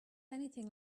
anything